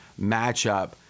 matchup